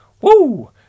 Woo